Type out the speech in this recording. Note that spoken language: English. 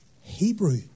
Hebrew